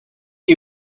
you